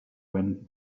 when